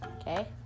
Okay